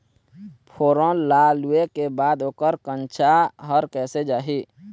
फोरन ला लुए के बाद ओकर कंनचा हर कैसे जाही?